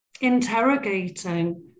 interrogating